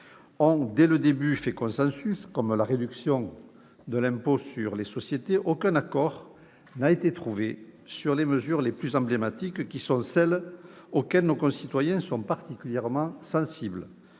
ont dès le début fait consensus, comme la réduction du taux d'impôt sur les sociétés, aucun accord n'a été trouvé sur les mesures les plus emblématiques, qui sont aussi celles auxquelles nos concitoyens sont particulièrement sensibles